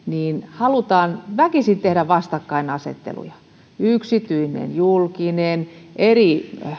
halutaan väkisin tehdä vastakkainasetteluja yksityinen ja julkinen eri